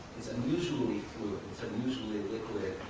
it's unusually fluid. it's and unusually liquid,